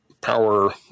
power